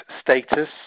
status